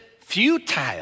futile